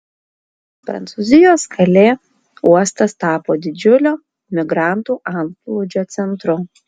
prancūzijos kalė uostas tapo didžiulio migrantų antplūdžio centru